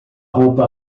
roupa